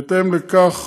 בהתאם לכך